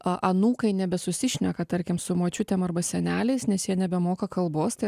a anūkai nebesusišneka tarkim su močiutėm arba seneliais nes jie nebemoka kalbos tai